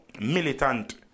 militant